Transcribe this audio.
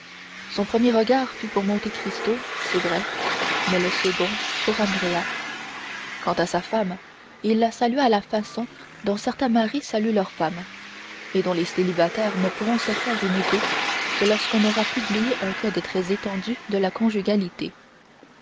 son premier regard fut pour monte cristo c'est vrai mais le second pour andrea quant à sa femme il la salua à la façon dont certains maris saluent leur femme et dont les célibataires ne pourront se faire une idée que lorsqu'on aura publié un code très étendu de la conjugalité